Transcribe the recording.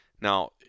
Now